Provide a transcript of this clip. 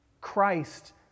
Christ